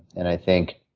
and i think